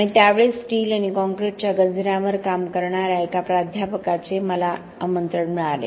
आणि त्यावेळेस स्टील आणि काँक्रीटच्या गंजण्यावर काम करणाऱ्या एका प्राध्यापकाचे मला आमंत्रण मिळाले